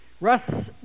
Russ